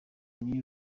new